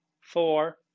four